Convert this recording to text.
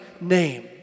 name